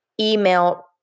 email